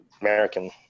american